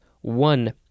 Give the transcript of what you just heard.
One